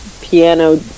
piano